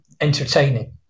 entertaining